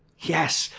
yes,